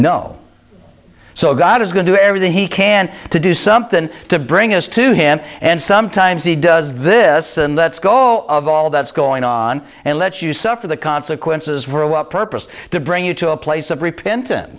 no so god is going to do everything he can to do something to bring us to him and sometimes he does this and lets go of all that's going on and let you suffer the consequences for what purpose to bring you to a place of repentan